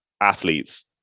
athletes